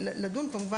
לכן